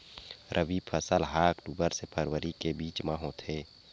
रबी फसल हा अक्टूबर से फ़रवरी के बिच में होथे